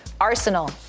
Arsenal